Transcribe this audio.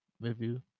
review